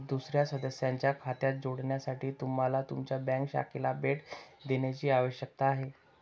दुसर्या सदस्याच्या खात्यात जोडण्यासाठी तुम्हाला तुमच्या बँक शाखेला भेट देण्याची आवश्यकता आहे